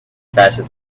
faster